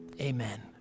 Amen